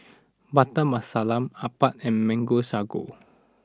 Butter Masala Appam and Mango Sago